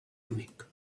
únic